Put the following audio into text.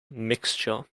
mixture